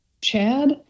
Chad